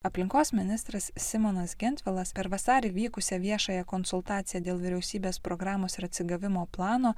aplinkos ministras simonas gentvilas per vasarį vykusią viešąją konsultaciją dėl vyriausybės programos ir atsigavimo plano